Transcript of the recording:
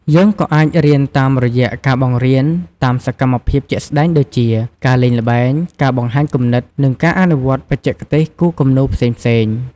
យើងក៏អាចរៀនតាមរយៈការបង្រៀនតាមសកម្មភាពជាក់ស្តែងដូចជា ការលេងល្បែង ការបង្ហាញគំនិត និងការអនុវត្តបច្ចេកទេសគូរគំនូរផ្សេងៗ។